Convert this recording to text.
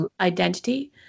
identity